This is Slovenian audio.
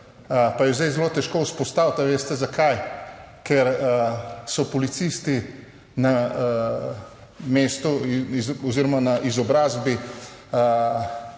jo je zdaj zelo težko vzpostaviti. A veste zakaj? Ker so policisti na mestu oziroma na izobrazbi,